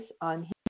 on